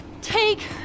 take